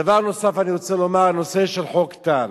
דבר נוסף אני רוצה לומר בנושא של חוק טל.